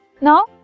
Now